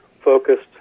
focused